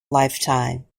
lifetime